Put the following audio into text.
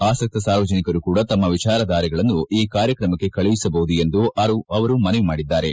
ಆಸಕ್ತ ಸಾರ್ವಜನಿಕರೂ ಕೂಡ ತಮ್ಮ ವಿಚಾರಧಾರೆಗಳನ್ನು ಈ ಕಾರ್ಯತ್ರಮಕ್ಕೆ ಕಳುಹಿಸಬಹುದು ಎಂದು ಅವರು ಮನವಿ ಮಾಡಿದ್ದಾರೆ